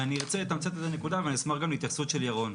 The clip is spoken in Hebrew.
ואני ארצה לתמצת איזו נקודה ואני אשמח גם להתייחסות של ירון.